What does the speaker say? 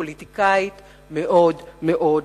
פוליטיקאית מאוד מוכשרת,